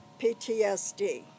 PTSD